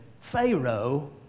Pharaoh